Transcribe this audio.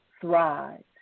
thrive